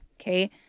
Okay